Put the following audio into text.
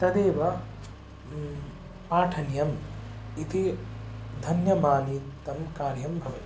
तदेव पाठनीयम् इति धन्यमानीतं कार्यं भवति